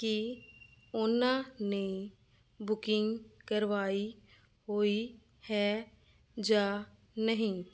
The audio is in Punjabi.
ਕਿ ਉਹਨਾਂ ਨੇ ਬੁਕਿੰਗ ਕਰਵਾਈ ਹੋਈ ਹੈ ਜਾਂ ਨਹੀਂ